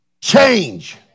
change